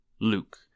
Luke